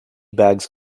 bags